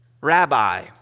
rabbi